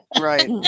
Right